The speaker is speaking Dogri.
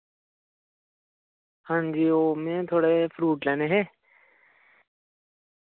हां जी ओ मैं थोह्ड़े फ्रूट लैने हे